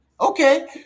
Okay